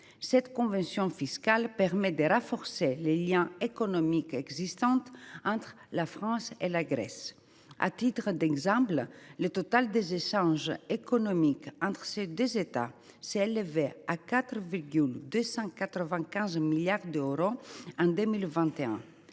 Cette convention fiscale permet de renforcer les liens économiques existants entre la France et la Grèce. À titre d’exemple, le total des échanges économiques entre ces deux États s’est élevé à 4,295 milliards d’euros en 2021,